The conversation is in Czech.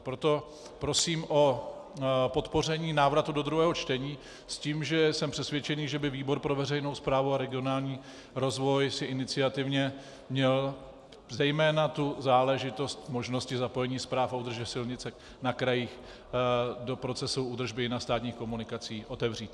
Proto prosím o podpoření návratu do druhého čtení s tím, že jsem přesvědčen, že by výbor pro veřejnou správu a regionální rozvoj si iniciativně měl zejména tu záležitost možnosti zapojení správy a údržby silnic na krajích do procesu údržby na státních komunikacích otevřít.